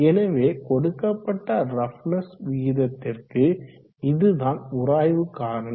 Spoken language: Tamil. எனவே கொடுக்கப்பட்ட ரஃப்னஸ் விகிதத்திற்கு இதுதான் உராய்வு காரணி